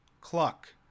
cluck